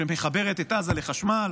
שמחברת את עזה לחשמל